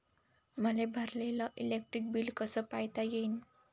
मले भरलेल electric bill कस पायता येईन?